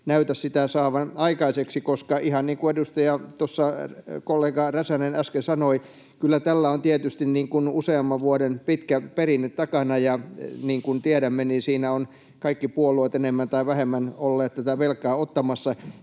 näytä sitä saavan aikaiseksi, koska, ihan niin kuin tuossa edustajakollega Räsänen äsken sanoi, kyllä tällä on tietysti useamman vuoden pitkä perinne takana, ja niin kuin tiedämme, niin siinä ovat kaikki puolueet enemmän tai vähemmän olleet tätä velkaa ottamassa.